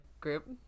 group